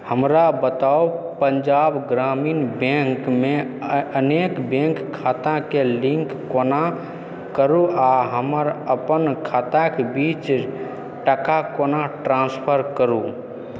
हमरा बताउ पञ्जाब ग्रामीण बैंक मे अनेक बैंक खाताकेँ लिंक कोना करु आ हमर अपन खाताक बीच टाका केना ट्रांसफर करू